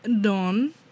Dawn